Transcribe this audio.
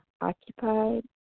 occupied